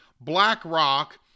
BlackRock